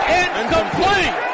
incomplete